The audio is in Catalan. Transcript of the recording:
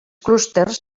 clústers